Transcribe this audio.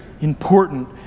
important